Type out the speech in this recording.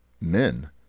men